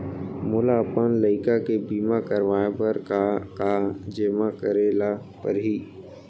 मोला अपन लइका के बीमा करवाए बर का का जेमा करे ल परही?